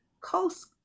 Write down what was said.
Coast